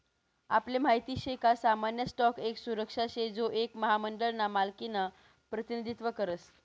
आपले माहित शे का सामान्य स्टॉक एक सुरक्षा शे जो एक महामंडळ ना मालकिनं प्रतिनिधित्व करस